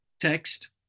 text